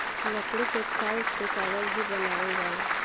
लकड़ी के छाल से कागज भी बनावल जाला